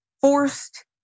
forced